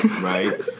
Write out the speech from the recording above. Right